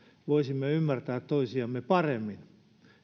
voisimme ymmärtää toisiamme paremmin